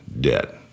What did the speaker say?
debt